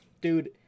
dude